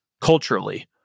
culturally